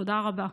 תודה רבה.